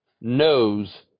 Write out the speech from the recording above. knows